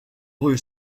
blue